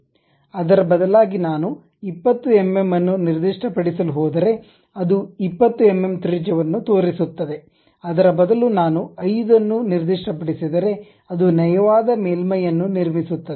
ಅದರ ಬದಲಾಗಿ ನಾನು 20 ಎಂಎಂ ಅನ್ನು ನಿರ್ದಿಷ್ಟಪಡಿಸಲು ಹೋದರೆ ಅದು 20 ಎಂಎಂ ತ್ರಿಜ್ಯವನ್ನು ತೋರಿಸುತ್ತದೆ ಅದರ ಬದಲು ನಾನು 5 ಅನ್ನು ನಿರ್ದಿಷ್ಟಪಡಿಸಿದರೆ ಅದು ನಯವಾದ ಮೇಲ್ಮೈಯನ್ನು ನಿರ್ಮಿಸುತ್ತದೆ